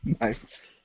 Nice